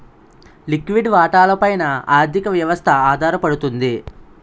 లిక్విడి వాటాల పైన ఆర్థిక వ్యవస్థ ఆధారపడుతుంది